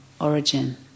origin